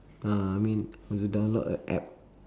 uh I mean how to download a app